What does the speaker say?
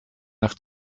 nach